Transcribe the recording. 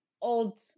old